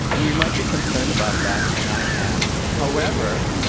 and we might be concerned about that, and i am however,